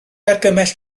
argymell